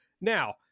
Now